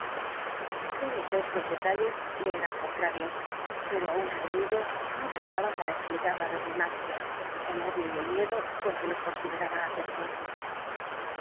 todos estos detalles le eran contrarios pero aun reunidos no bastaban para explicar la repugnancia el odio y el miedo con que los consideraba utterson